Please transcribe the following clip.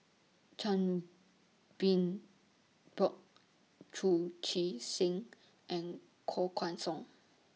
Chan Bin Bock Chu Chee Seng and Koh Guan Song